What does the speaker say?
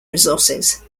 resources